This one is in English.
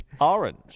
orange